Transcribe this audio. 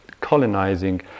colonizing